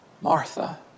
Martha